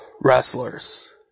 wrestlers